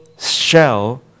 shell